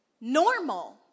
normal